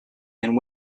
and